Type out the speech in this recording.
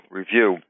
review